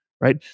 right